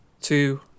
two